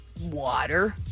water